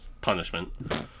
punishment